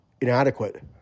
inadequate